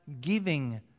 giving